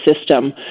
system